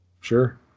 Sure